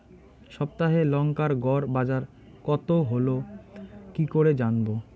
সপ্তাহে লংকার গড় বাজার কতো হলো কীকরে জানবো?